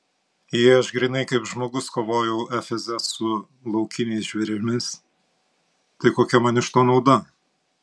jei aš grynai kaip žmogus kovojau efeze su laukiniais žvėrimis tai kokia man iš to nauda